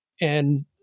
And-